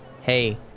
hey